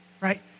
right